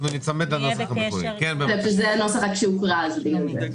אנחנו ניצמד לנוסח המקורי.